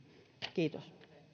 kiitos